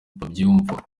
babyumva